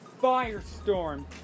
Firestorm